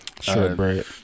shortbread